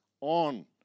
on